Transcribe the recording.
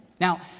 Now